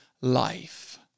life